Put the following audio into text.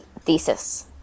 thesis